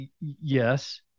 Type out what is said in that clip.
yes